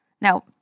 Now